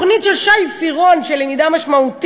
התוכנית של שי פירון, של למידה משמעותית,